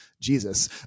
Jesus